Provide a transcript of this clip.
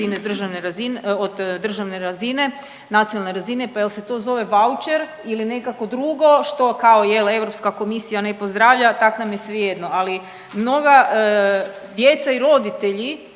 državne razine, nacionalne razine, pa je li se to zove vaučer ili nekako drugo, što kao, je li, EU komisija ne pozdravlja, tak nam je svejedno. Ali, mnoga djeca i roditelji